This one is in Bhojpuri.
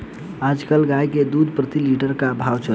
आज कल गाय के दूध प्रति लीटर का भाव चलत बा?